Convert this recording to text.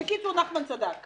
בקיצור, נחמן שי צדק.